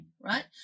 right